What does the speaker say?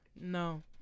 No